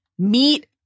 Meet